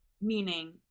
meaning